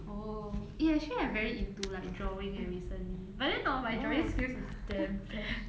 oh eh actually I very into like drawing eh recently but then orh my drawing skills is damn bad